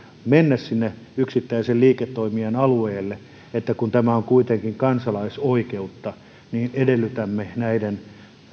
mennä sinne yksittäisen liiketoimijan alueelle että kun tämä on kuitenkin kansalaisoikeutta niin että edellytämme näiden